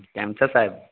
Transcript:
કેમ છો સાહેબ